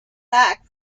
back